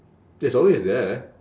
it's always there